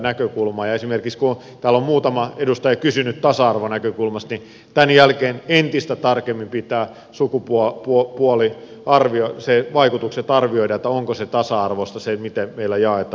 esimerkiksi kun täällä on muutama edustaja kysynyt tasa arvonäkökulmasta niin tämän jälkeen entistä tarkemmin pitää arvioida sukupuolivaikutukset että onko tasa arvoista se miten meillä jaetaan rahoja